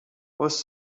was